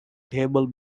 table